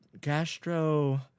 gastro